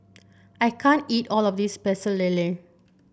I can't eat all of this Pecel Lele